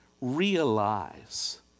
realize